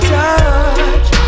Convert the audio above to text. touch